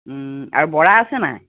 আৰু বৰা আছে নাই